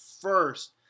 first